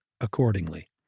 accordingly